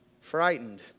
Frightened